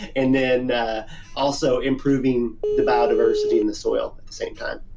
and then also improving the biodiversity in the soil at the same time